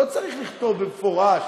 לא צריך לכתוב במפורש